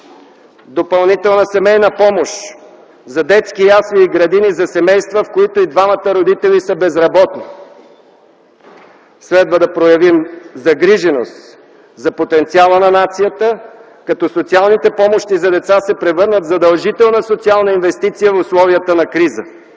допълнителна семейна помощ за детски ясли или градини за семейства, в които и двамата родители са безработни. Следва да проявим загриженост за потенциала на нацията, като социалните помощи за деца се превърнат в задължителна социална инвестиция в условията на криза.